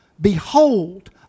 Behold